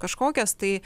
kažkokias tai